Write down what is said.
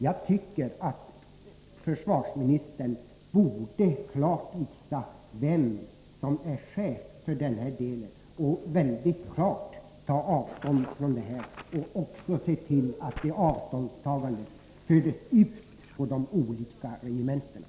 Jag tycker att försvarsministern klart borde visa vem som är chef för den här delen och mycket klart ta avstånd från det som hänt och se till att detta avståndstagande förs ut på de olika regementena.